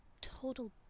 total